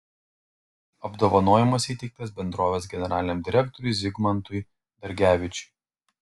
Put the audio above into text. apdovanojimas įteiktas bendrovės generaliniam direktoriui zigmantui dargevičiui